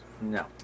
No